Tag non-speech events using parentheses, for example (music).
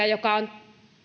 (unintelligible) joka on